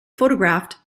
photographed